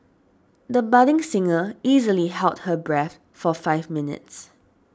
the budding singer easily held her breath for five minutes